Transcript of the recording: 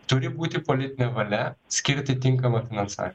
turi būti politinė valia skirti tinkamą finansavimą